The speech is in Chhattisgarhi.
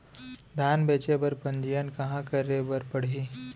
धान बेचे बर पंजीयन कहाँ करे बर पड़ही?